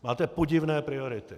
Máte podivné priority.